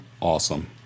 awesome